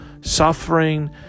suffering